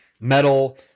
metal